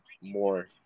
more